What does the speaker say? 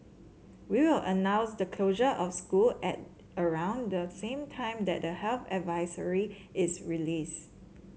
we will announce the closure of school at around the same time that the health advisory is released